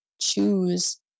choose